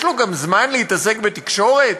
יש לו גם זמן להתעסק בתקשורת?